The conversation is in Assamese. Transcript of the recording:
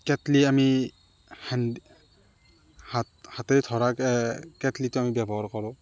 কেটলি আমি হেনদি হাত হাতেৰে ধৰাকৈ কেটলিটো ব্যৱহাৰ কৰোঁ